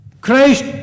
Christ